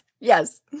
Yes